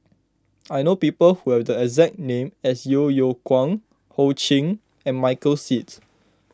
I know people who have the exact name as Yeo Yeow Kwang Ho Ching and Michael Seets